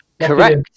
correct